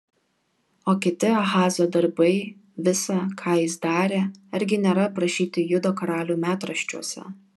o kiti ahazo darbai visa ką jis darė argi nėra aprašyti judo karalių metraščiuose